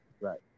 Right